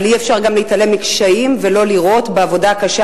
אבל אי-אפשר גם להתעלם מקשיים ולא לראות בעבודה הקשה,